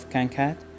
CanCat